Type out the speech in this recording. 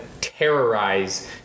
terrorize